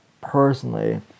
personally